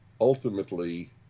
ultimately